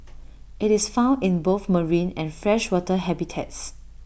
IT is found in both marine and freshwater habitats